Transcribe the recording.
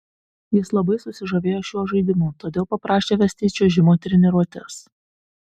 jis labai susižavėjo šiuo žaidimu todėl paprašė vesti į čiuožimo treniruotes